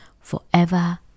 forever